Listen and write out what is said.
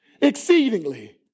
exceedingly